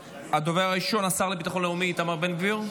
הדובר הראשון הוא השר לביטחון לאומי איתמר בן גביר.